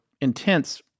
intense